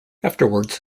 afterwards